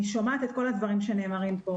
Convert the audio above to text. אני שומעת את כל הדברים שנאמרים פה.